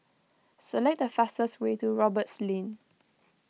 select the fastest way to Roberts Lane